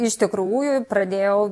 iš tikrųjų pradėjau